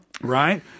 Right